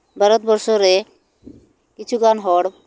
ᱵᱷᱟᱨᱚᱛᱵᱚᱨᱥᱚ ᱨᱮ ᱠᱤᱪᱷᱩᱟᱱ ᱦᱚᱲ